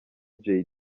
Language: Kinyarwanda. jay